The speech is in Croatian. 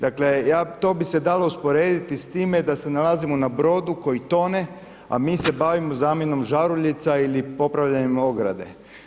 Dakle, to bi se dalo usporediti s time da se nalazimo na brodu koji tome, a mi se bavimo zamjenom žaruljica ili popravljanjem ograde.